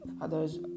others